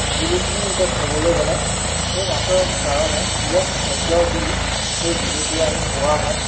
জুলুকি এতিয়া ক'বলৈ গ'লে আমি মাছৰ কাৰণে প্ৰিয় খাদ্য দি সেই জুলুকিৰে আমি বোৱা হয়